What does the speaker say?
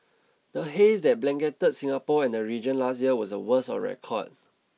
the haze that blanketed Singapore and region last year was the worst on record